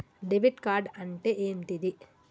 Debit card అంటే ఏంటిది?